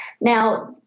Now